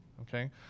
okay